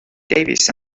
davis